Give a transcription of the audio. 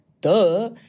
Duh